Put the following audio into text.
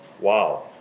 Wow